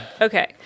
Okay